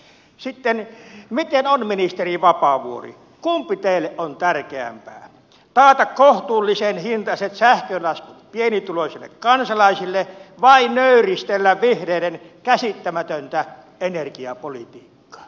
sitten miten on ministeri vapaavuori kumpi teille on tärkeämpää taata kohtuullisen hintaiset sähkölaskut pienituloisille kansalaisille vai nöyristellä vihreiden käsittämätöntä energiapolitiikkaa